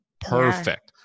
perfect